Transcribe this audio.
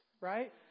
right